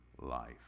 life